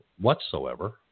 whatsoever